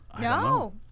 No